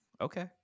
Okay